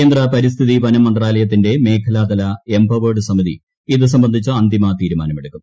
കേന്ദ്ര പരിസ്ഥിതി വനം മന്ത്രാലയത്തിന്റെ മേഖലാതല എംപവേഡ് സമിതി ഇത് സംബന്ധിച്ച് അന്തിമ തീരുമാനമെടുക്കും